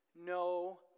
no